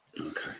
Okay